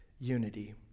unity